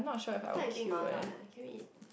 I feel like eating mala leh can we eat